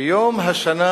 ביום השנה